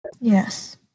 Yes